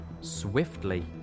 swiftly